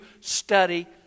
study